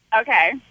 Okay